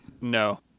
No